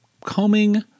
combing